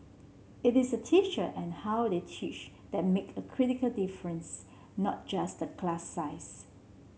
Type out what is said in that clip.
it is a teacher and how they teach that make a critical difference not just the class size